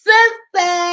Sister